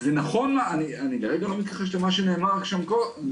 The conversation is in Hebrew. זה נכון, אני כרגע לא מתכחש למה שנאמר קודם.